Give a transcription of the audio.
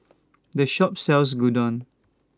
This Shop sells Gyudon